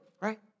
right